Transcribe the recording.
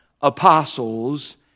apostles